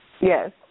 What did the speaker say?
Yes